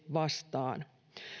vastaan